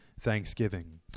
thanksgiving